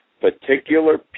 particular